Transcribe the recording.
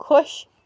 خۄش